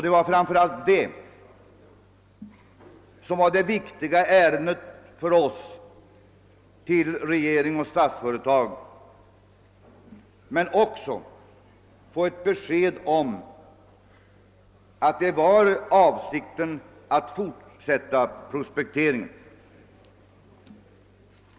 Detta var det viktigaste ärende vi hade att framföra till regeringen och Statsföretag, men vi ville också få ett besked om det var avsikten att fortsätta prospekteringen.